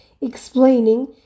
explaining